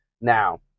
Now